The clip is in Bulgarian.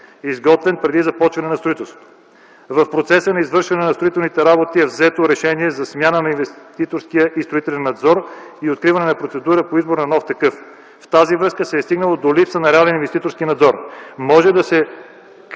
изготвен преди започването на строителството. В процеса на извършване на строителните работи е взето решение за смяна на инвеститорски и строителен надзор и отиване към процедура за избор на нов такъв. В тази връзка се е стигнало до липса на реален инвеститорски надзор.